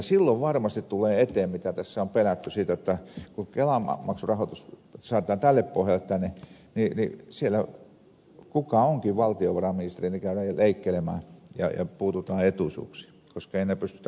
silloin varmasti tulee eteen mitä tässä on pelätty että kun kelamaksun rahoitus saatetaan tälle pohjalle niin siellä kuka sitten onkin valtiovarainministeri joka käy leikkelemään ja puututaan etuisuuksiin koska ei enää pystytä rahoittamaan näitä asioita